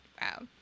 Wow